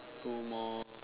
two more